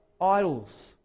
idols